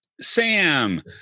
Sam